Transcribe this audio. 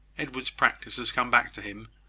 edward's practice has come back to him,